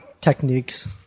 techniques